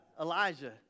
Elijah